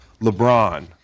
LeBron